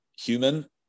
human –